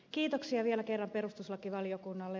kiitoksia vielä kerran perustuslakivaliokunnalle